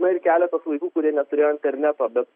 na ir keletas vaikų kurie neturėjo interneto bet